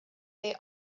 they